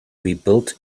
rebuilt